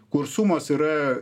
kur sumos yra